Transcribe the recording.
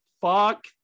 Fuck